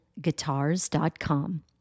guitars.com